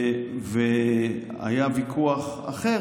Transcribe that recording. והיה ויכוח אחר,